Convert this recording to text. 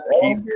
keep